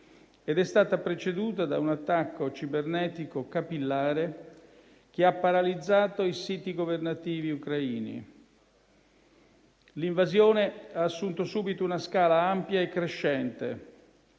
ed è stata preceduta da un attacco cibernetico capillare che ha paralizzato i siti governativi ucraini. L'invasione ha assunto subito una scala ampia e crescente.